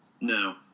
No